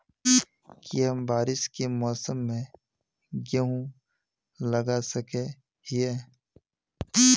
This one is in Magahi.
की हम बारिश के मौसम में गेंहू लगा सके हिए?